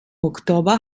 oktober